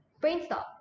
brainstorm